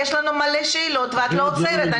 מלא שאלות ואת לא עוצרת,